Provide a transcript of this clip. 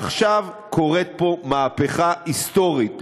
עכשיו קורית פה מהפכה היסטורית,